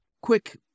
quick